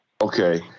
Okay